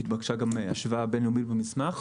התבקשה השוואה בין-לאומית במסמך.